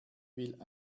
will